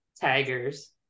Tigers